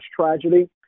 tragedy